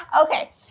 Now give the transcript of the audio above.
Okay